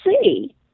see